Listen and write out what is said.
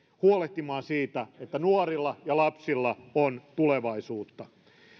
huolehtimaan siitä että nuorilla ja lapsilla on tulevaisuutta